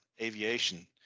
aviation